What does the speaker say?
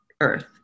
Earth